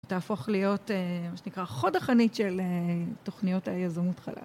תהפוך להיות, מה שנקרא, חוד החנית של תוכניות היזמות חלל.